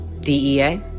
DEA